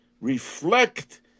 Reflect